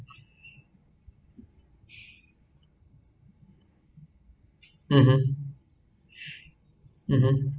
mmhmm mmhmm